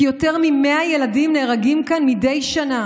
כי יותר מ-100 ילדים נהרגים כאן מדי שנה